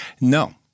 No